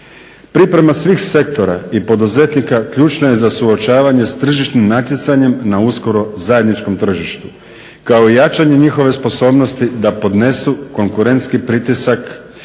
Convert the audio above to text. Priprema svih sektora i poduzetnika ključna je za suočavanje s tržišnim natjecanjem na uskoro zajedničkom tržištu, kao i jačanje njihove sposobnosti da podnesu konkurentski pritisak